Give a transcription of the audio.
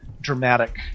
dramatic